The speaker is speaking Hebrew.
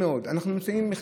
אנחנו נמצאים בחסר גדול מאוד.